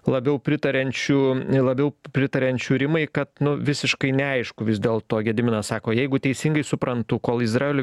labiau pritariančių labiau pritariančių rimai kad nu visiškai neaišku vis dėlto gediminas sako jeigu teisingai suprantu kol izraelio